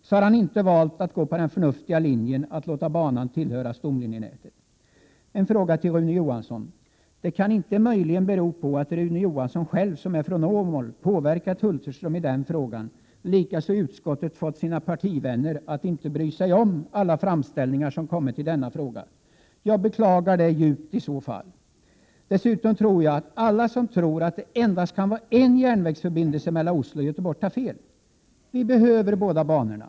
Ändå har han inte valt den förnuftiga linjen att låta banan tillhöra stomlinjenätet. Så en fråga till Rune Johansson: Kan detta möjligen bero på att Rune Johansson, som är från Åmål, har påverkat Hulterström i denna fråga och att han i utskottet har fått sina partivänner att inte bry sig om alla framställningar? Om så är fallet beklagar jag detta djupt. Dessutom menar jag att alla som tror att det endast kan vara en järnvägsförbindelse mellan Oslo och Göteborg tar fel. Vi kommer att behöva båda banorna.